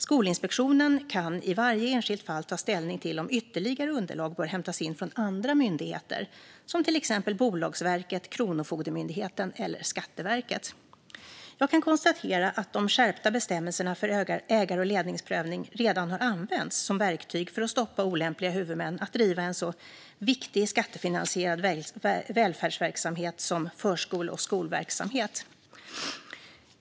Skolinspektionen kan i varje enskilt fall ta ställning till om ytterligare underlag bör hämtas in från andra myndigheter som till exempel Bolagsverket, Kronofogdemyndigheten eller Skatteverket. Jag kan konstatera att de skärpta bestämmelserna för ägar och ledningsprövning redan har använts som verktyg för att stoppa olämpliga huvudmän att driva så viktiga skattefinansierade välfärdsverksamheter som förskole och skolverksamhet.